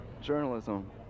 Journalism